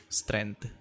strength